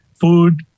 Food